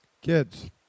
Kids